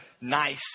nice